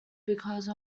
because